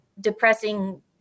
depressing